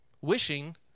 wishing